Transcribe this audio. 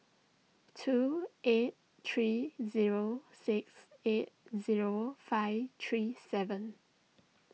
two eight three zero six eight zero five three seven